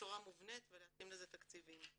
בצורה מובנית ולהתאים לזה תקציבים.